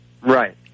right